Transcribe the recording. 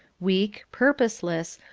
weak, purposeless,